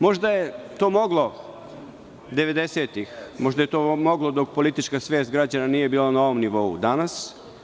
Možda je to moglo 90-ih, možda je to moglo dok politička svest građana nije bila na ovom nivou dana.